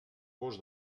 gos